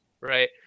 Right